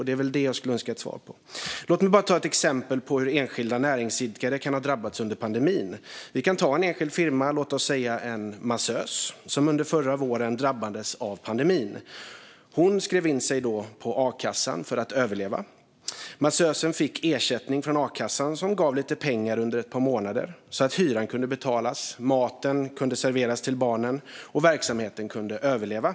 Det är vad jag skulle önska ett svar på. Låt mig bara ta ett exempel på hur enskilda näringsidkare kan ha drabbats under pandemin. Vi kan ta en enskild firma, låt oss säga en massös, som under förra våren drabbades av pandemin. Hon skrev då in sig i akassan för att överleva. Massösen fick ersättning från a-kassan som gav lite pengar under ett par månader så att hyran kunde betalas, maten kunde serveras till barnen och verksamheten kunde överleva.